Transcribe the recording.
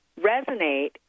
resonate